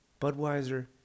Budweiser